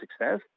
success